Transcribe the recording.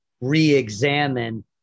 re-examine